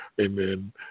amen